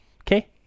okay